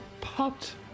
Popped